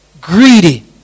Greedy